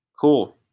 Cool